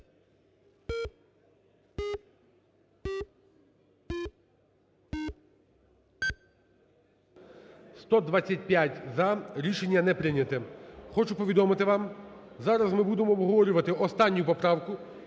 За-125 Рішення не прийнято. Хочу повідомити вам, зараз ми будемо обговорювати останню поправку,